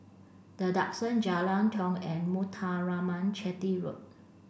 the Duxton Jalan Tiong and Muthuraman Chetty Road